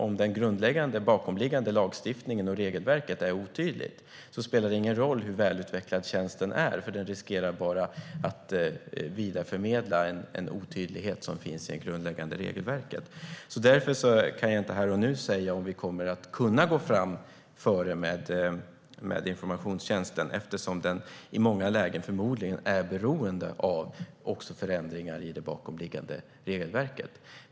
Om grundläggande bakomliggande lagstiftning och regelverk är otydliga spelar det ingen roll hur välutvecklad tjänsten är, för den riskerar bara att vidareförmedla en otydlighet som finns i det grundläggande regelverket. Därför kan jag inte här och nu säga om vi kommer att kunna gå före med informationstjänsten eftersom den i många lägen förmodligen är beroende även av förändringar i det bakomliggande regelverket.